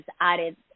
added